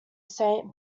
saint